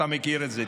אתה מכיר את זה,